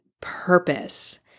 purpose